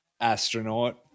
astronaut